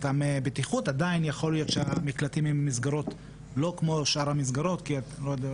ואני חושבת שהגורם המקצועי חייב להתערב בהחלטה כזו צורה יותר ברורה.